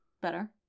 Better